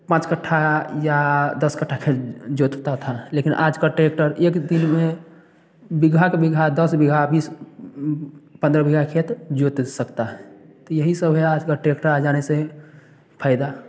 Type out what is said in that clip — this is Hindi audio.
पाँच कट्ठा या दस कट्ठा खेत जोतता था लेकिन आज का ट्रैक्टर एक दिन में बीघा के बीघा दस बीघा बीस पंद्रह बीघा खेत जोत सकता है तो यही सब है आज कल ट्रेक्टर आ जाने से फायदा